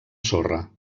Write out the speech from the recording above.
sorra